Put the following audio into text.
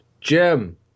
Jim